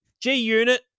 G-Unit